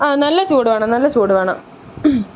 ആ നല്ല ചൂട് വേണം നല്ല ചൂട് വേണം